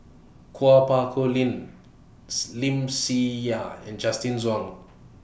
Kuo Pao Kun Lim's Lim See Ya and Justin Zhuang